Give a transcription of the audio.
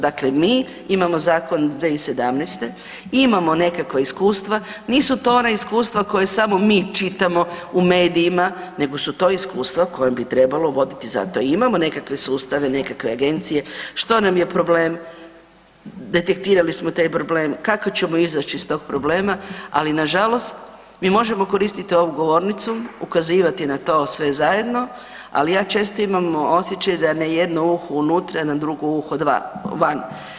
Dakle mi imamo zakon 2017., imamo nekakva iskustva, nisu to ona iskustva koja samo mi čitamo u medijima nego su to iskustva koje bi trebalo voditi, zato i imamo nekakve sustave, nekakve agencije, što nam je problem, detektirali smo taj problem, kako ćemo izaći iz tog problema, ali nažalost mi možemo koristit ovu govornicu, ukazivati na to sve zajedno, ali ja često imam osjećaj da na jedno uho unutra, na drugo uho van.